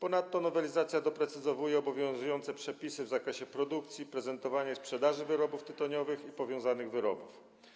Ponadto nowelizacja doprecyzowuje obowiązujące przepisy w zakresie produkcji, prezentowania i sprzedaży wyrobów tytoniowych i powiązanych wyrobów.